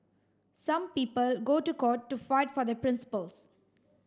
some people go to court to fight for their principles